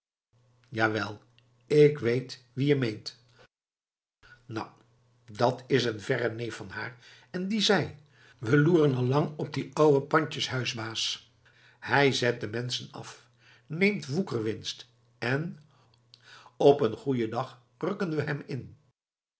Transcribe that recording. jawel ik weet wien je meent nou dat is een verre neef van haar en die zei we loeren al lang op dien ouwen pandjeshuisbaas hij zet de menschen af neemt woekerwinst en op een goeien dag rukken we hem in